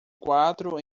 quatro